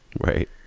Right